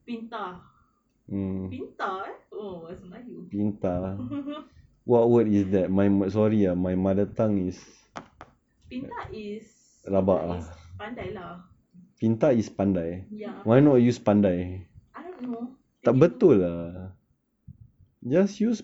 pintar pintar eh !wow! bahasa melayu pintar is pintar is pandai lah ya I don't know tiba-tiba